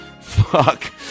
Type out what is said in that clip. Fuck